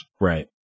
Right